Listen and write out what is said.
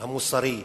המוסרי,